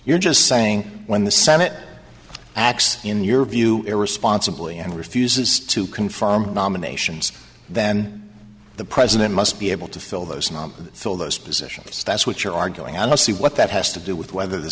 you're just saying when the senate acts in your view irresponsibly and refuses to confirm nominations then the president must be able to fill those not fill those positions that's what you're arguing i don't see what that has to do with whether the